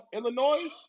Illinois